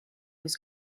was